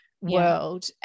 world